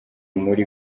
muri